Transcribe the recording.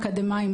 אקדמאיים,